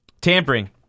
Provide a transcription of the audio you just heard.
Tampering